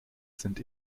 sind